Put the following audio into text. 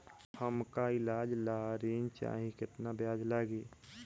हमका ईलाज ला ऋण चाही केतना ब्याज लागी?